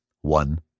one